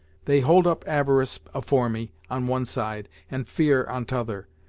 they hold up avarice afore me, on one side, and fear on t'other,